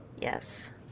Yes